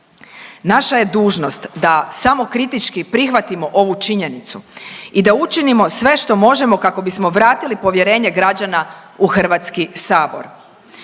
Naša je dužnost da samokritički prihvatimo ovu činjenicu i da učinimo sve što možemo kako bismo vratili povjerenje građana u Hrvatski sabor.